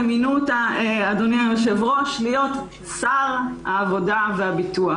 ומינו אותה להיות שר העבודה והביטוח: